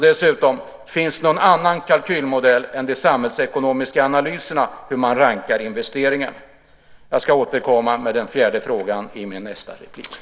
Dessutom vill jag fråga: Finns det någon annan kalkylmodell än de samhällsekonomiska analyserna i fråga om hur man rankar investeringar? Jag ska återkomma med den fjärde frågan i mitt nästa inlägg.